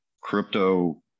Crypto